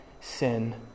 sin